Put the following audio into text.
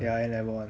ya N level [one]